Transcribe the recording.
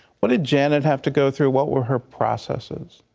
but janet have to go through what were her processes.